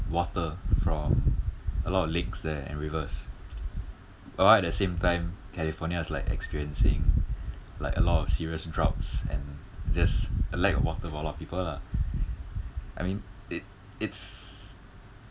water from a lot of lakes there and rivers but right at the same time california is like experiencing like a lot of serious droughts and there's a lack of water for a lot of people lah I mean it it's